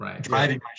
driving